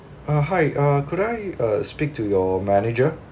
uh hi uh could I uh speak to your manager